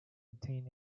obtain